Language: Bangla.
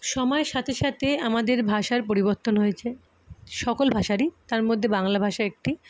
সময়ের সাথে সাথে আমাদের ভাষার পরিবর্তন হয়েছে সকল ভাষারই তার মধ্যে বাংলা ভাষা একটি